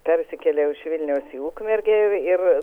persikėliau iš vilniaus į ukmergę ir